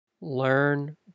learn